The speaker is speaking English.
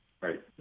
Right